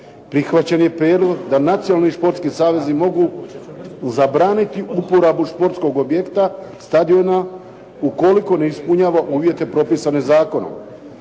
Prihvaćen je prijedlog da nacionalni športski savezi mogu zabraniti uporabu športskog objekta, stadiona ukoliko ne ispunjava uvjete propisane zakonom.